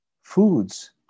foods